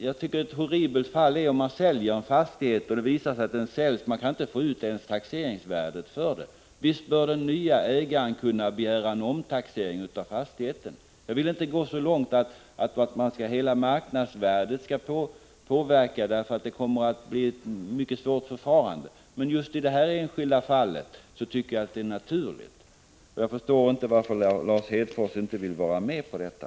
Jag tycker att ett horribelt fall är om man säljer en fastighet och det visar sig att man inte ens kan få ut taxeringsvärdet för den. Visst bör den nye ägaren kunna begära en omtaxering av den fastigheten. Jag vill inte gå så långt som att begära att hela marknadsvärdet skall påverka. Det skulle bli ett mycket svårt förfarande. Men just i det här enskilda fallet tycker jag att det är naturligt, och jag förstår inte varför Lars Hedfors inte vill vara med på detta.